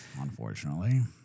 unfortunately